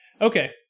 Okay